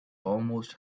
almost